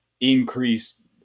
increase